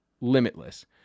Limitless